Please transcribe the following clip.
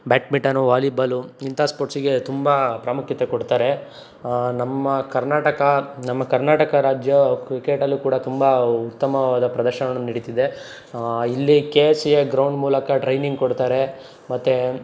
badminton volleyball ಇಂಥ ಸ್ಪೋರ್ಟ್ಸಿಗೆ ತುಂಬ ಪ್ರಾಮುಖ್ಯತೆ ಕೊಡ್ತಾರೆ ನಮ್ಮ ಕರ್ನಾಟಕ ನಮ್ಮ ಕರ್ನಾಟಕ ರಾಜ್ಯ ಕ್ರಿಕೇಟಲ್ಲೂ ಕೂಡ ತುಂಬ ಉತ್ತಮವಾದ ಪ್ರದರ್ಶನವನ್ನು ನೀಡುತ್ತಿದೆ ಇಲ್ಲಿ K S C A ground ಮೂಲಕ ಟ್ರೈನಿಂಗ್ ಕೊಡ್ತಾರೆ ಮತ್ತು